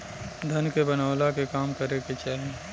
धन के बनवला के काम करे के चाही